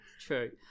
True